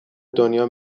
دنیا